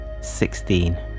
sixteen